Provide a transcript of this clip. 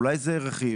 אולי זה רכיב,